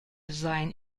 seien